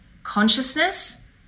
consciousness